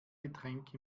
getränk